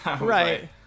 right